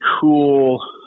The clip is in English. cool –